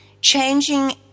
changing